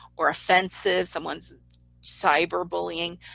or offensive, someone's cyber bullying.